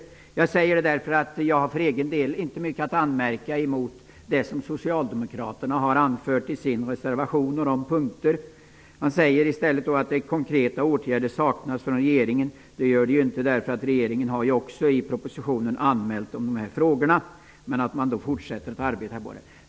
Jag säger inte detta därför att jag har särskilt mycket att anmärka mot det som socialdemokraterna har anfört i sin reservation. De framhåller att det saknas konkreta åtgärder från regeringens sida. Så är inte fallet. Regeringen har anmält dessa frågor i propositionen och fortsätter att arbeta på dem.